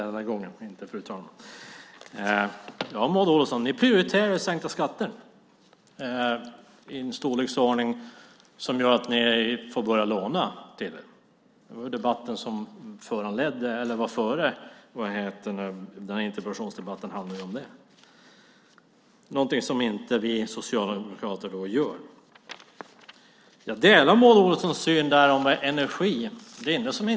Herr talman! Ni prioriterar sänkta skatter, Maud Olofsson, i en storleksordning som nu gör att ni får börja låna till det. Den särskilda debatten före denna interpellationsdebatt handlade om det. Det är någonting som vi socialdemokrater inte gör. Jag delar Maud Olofssons syn på energin.